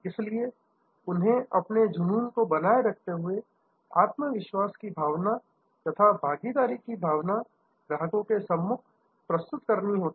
इसलिए उन्हें अपने जुनून को बनाए रखते हुए आत्मविश्वास की भावना तथा भागीदारी की भावना ग्राहक के सम्मुख प्रस्तुत करनी होगी